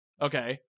okay